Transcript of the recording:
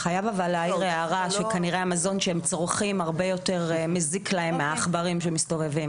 כנראה המזון שהם צורכים הרבה יותר מזיק להם מהעכברים שמסתובבים.